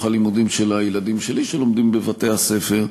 הלימודים של הילדים שלי שלומדים בבתי-הספר,